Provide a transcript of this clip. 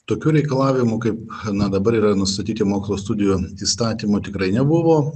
tokių reikalavimų kaip hana dabar yra nustatyti mokslo studijų įstatymo tikrai nebuvo